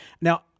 Now